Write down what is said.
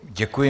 Děkuji.